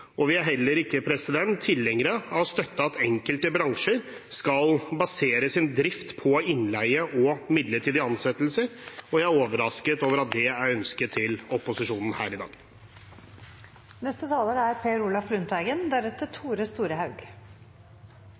og vi er heller ikke tilhengere av å støtte at enkelte bransjer skal basere sin drift på innleie og midlertidige ansettelser, og jeg er overrasket over at det er ønsket fra opposisjonen her i dag. Bakgrunnen for saken er